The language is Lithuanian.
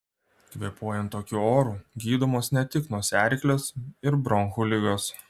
kvėpuojant tokiu oru gydomos ne tik nosiaryklės ir bronchų ligos